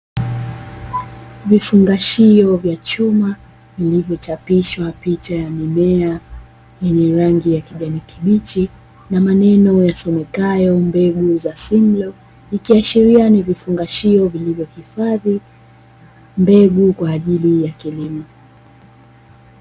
Vifungashio vya chuma vilivyochapishwa picha ya mimea yenye rangi ya kijani kibichi, na maneno yasomekayo mbegu za "Simlo". Ikiashiria ni vifungashio vilivyohifadhi mbegu kwa ajili ya kilimo.